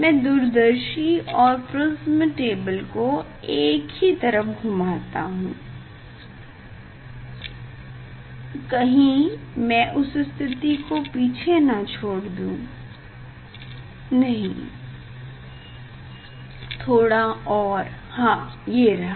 मैं दूरदर्शी और प्रिस्म टेबल को एक ही तरफ घूमता हूँ कहीं मैं उस स्थिति को पीछे न छोड़ दूँ नहीं थोड़ा और हाँ ये रहा